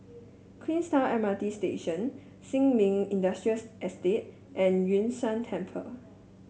Queenstown M R T Station Sin Ming Estate and Yun Shan Temple